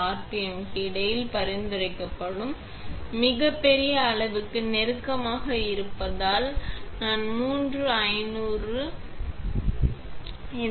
5K RPM க்கு இடையில் பரிந்துரைக்கப்படும் மிக பெரிய அளவுக்கு நெருக்கமாக இருப்பதால் நான் 3500 ஆம் ஆண்டில் இதை சுழற்றுவேன்